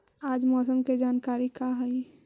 आज मौसम के जानकारी का हई?